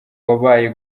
wabaye